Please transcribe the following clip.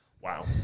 Wow